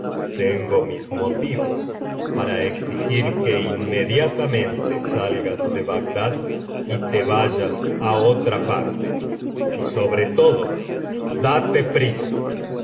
tengo mis motivos para exigir que inmediatamente salgas de bagdad y te vayas á otra parte y sobre todo date prisa